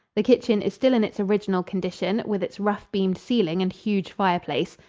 the kitchen is still in its original condition, with its rough-beamed ceiling and huge fireplace.